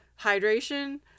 hydration